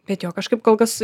bet jo kažkaip kol kas